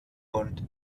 und